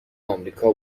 آمریکا